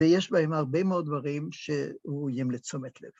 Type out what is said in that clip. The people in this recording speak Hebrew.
‫ויש בהם הרבה מאוד דברים ‫שראויים לתשומת לב.